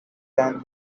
can